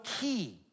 key